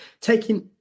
taking